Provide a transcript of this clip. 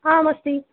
आम् अस्ति